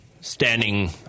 standing